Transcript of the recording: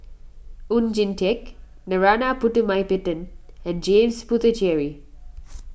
Oon Jin Teik Narana Putumaippittan and James Puthucheary